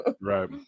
Right